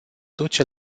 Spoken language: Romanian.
duce